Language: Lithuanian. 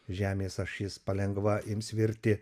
žemės ašis palengva ims virti